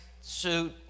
suit